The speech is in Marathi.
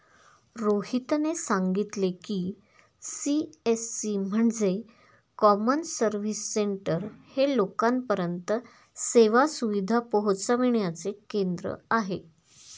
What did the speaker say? रोहितने सांगितले की, सी.एस.सी म्हणजे कॉमन सर्व्हिस सेंटर हे लोकांपर्यंत सेवा सुविधा पोहचविण्याचे केंद्र आहे